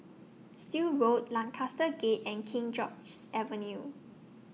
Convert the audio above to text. Still Road Lancaster Gate and King George's Avenue